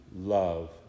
love